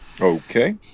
okay